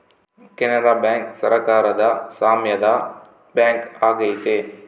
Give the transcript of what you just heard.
Canara bank ಸರಕಾರದ ಸಾಮ್ಯದ bank ಆಗೈತೆ